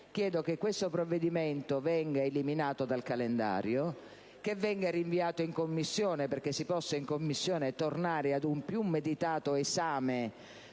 Chiedo che questo provvedimento venga eliminato dal calendario e che venga rinviato in Commissione, perché si possa tornare ad un più meditato esame